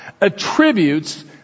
attributes